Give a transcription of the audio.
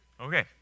okay